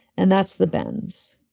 and that's the bends.